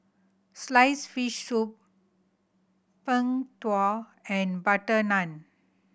sliced fish soup Png Tao and butter naan